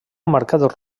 marcat